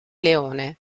leone